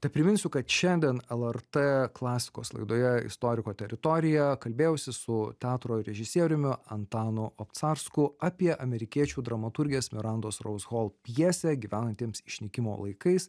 tepriminsiu kad šiandien lrt klasikos laidoje istoriko teritorija kalbėjausi su teatro režisieriumi antanu obcarsku apie amerikiečių dramaturgės mirandos rous chol pjesę gyvenantiems išnykimo laikais